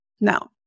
Now